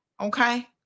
Okay